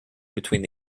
between